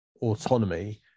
autonomy